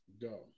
go